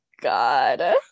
god